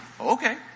okay